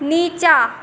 नीचाँ